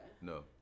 no